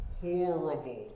horrible